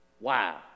Wow